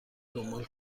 دنبال